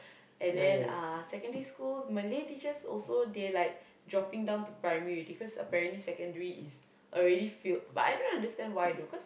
and then uh secondary school Malay teachers also they like dropping down to Primary already because apparently Secondary is already filled but I don't understand why though because